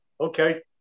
Okay